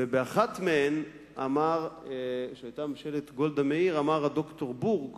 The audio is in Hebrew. ובאחת מהן, שהיתה ממשלת גולדה מאיר, אמר ד"ר בורג